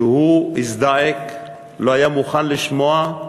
שהוא הזדעק, לא היה מוכן לשמוע,